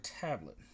tablet